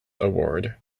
award